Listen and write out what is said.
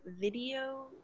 video